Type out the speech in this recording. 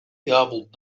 garbled